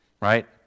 right